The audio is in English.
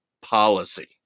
policy